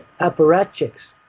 apparatchiks